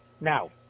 Now